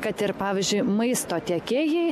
kad ir pavyzdžiui maisto tiekėjai